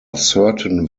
certain